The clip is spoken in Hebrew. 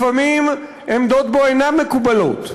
לפעמים עמדות בו אינן מקובלות,